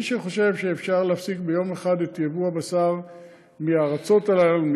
מי שחושב שאפשר להפסיק ביום אחד את ייבוא הבשר מהארצות הללו,